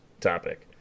topic